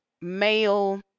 male